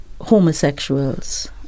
homosexuals